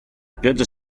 pioggia